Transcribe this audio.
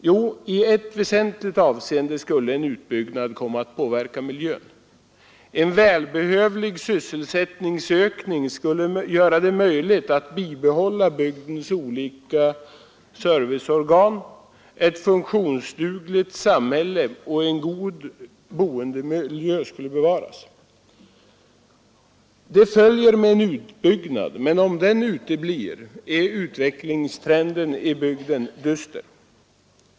Jo, i ett väsentligt avseende skulle en utbyggnad komma att påverka miljön: en välbehövlig sysselsättningsökning skulle göra det möjligt att bibehålla bygdens olika serviceorgan; ett funktionsdugligt samhälle och en god boendemiljö skulle bevaras. Detta följer med en utbyggnad, men om den uteblir är utvecklingstrenden i bygden dyster.